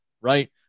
right